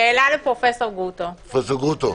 שאלה לפרופ' גרוטו.